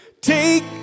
Take